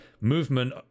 movement